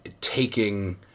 taking